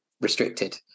Restricted